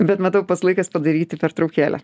bet matau pats laikas padaryti pertraukėlę